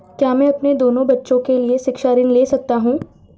क्या मैं अपने दोनों बच्चों के लिए शिक्षा ऋण ले सकता हूँ?